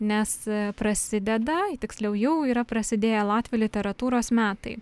nes prasideda tiksliau jau yra prasidėję latvių literatūros metai